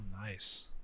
nice